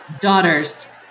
Daughters